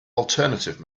alternative